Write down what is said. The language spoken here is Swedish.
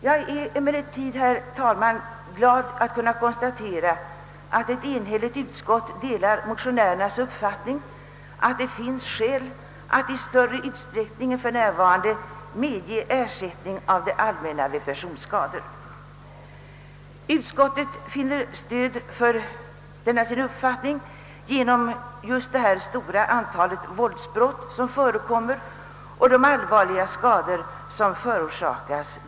Jag är emellertid glad att kunna konstatera, att ett enhälligt utskott delar motionärernas uppfattning, att det finns skäl att vid personskador i större utsträckning än vad som för närvarande är fallet lämna ersättning från det allmänna. Utskottet finner stöd för sin uppfattning i det stora antal våldsbrott som förekommer och i de allvarliga skador som förorsakas.